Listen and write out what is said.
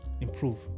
improve